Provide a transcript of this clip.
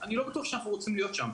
אני לא בטוח שאנחנו רוצים להיות שם.